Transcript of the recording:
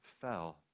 fell